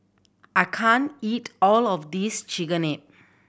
I can't eat all of this Chigenabe